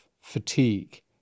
fatigue